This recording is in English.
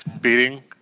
beating